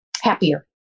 happier